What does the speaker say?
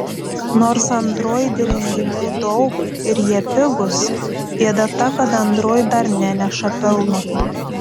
nors android įrenginių daug ir jie pigūs bėda ta kad android dar neneša pelno